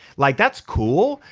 like that's cool.